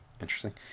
interesting